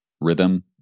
rhythm